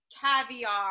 caviar